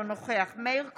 אינו נוכח מאיר כהן,